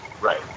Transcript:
Right